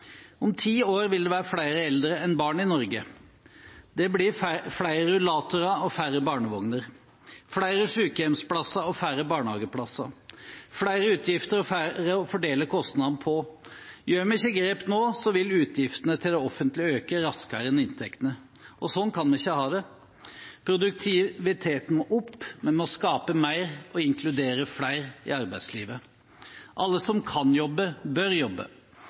Om ti år vil det være flere eldre enn barn i Norge. Det blir flere rullatorer og færre barnevogner, flere sykehjemsplasser og færre barnehageplasser, flere utgifter og færre å fordele kostnadene på. Gjør vi ikke grep nå, vil utgiftene til det offentlige øke raskere enn inntektene. Slik kan vi ikke ha det. Produktiviteten må opp, vi må skape mer og inkludere flere i arbeidslivet. Alle som kan jobbe, bør jobbe.